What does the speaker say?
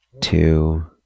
Two